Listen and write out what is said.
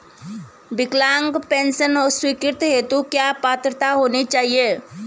विकलांग पेंशन स्वीकृति हेतु क्या पात्रता होनी चाहिये?